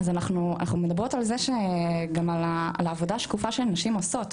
אנחנו מדברות על זה שגם על העבודה השקופה שנשים עושות,